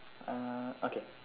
uh okay